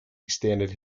extended